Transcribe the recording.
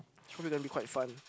it's probably gonna be quite fun